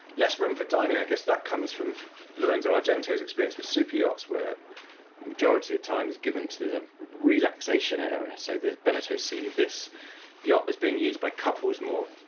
less room for dining, i guess that comes from lorenzo argento's experience with superyachts where majority of time is given to the relaxation and area, so beneteau see this yacht as being used by couples more,